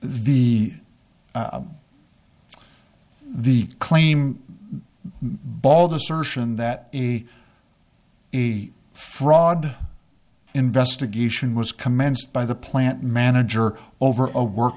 the the claim bald assertion that a a fraud investigation was commenced by the plant manager over a work